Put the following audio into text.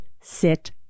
sit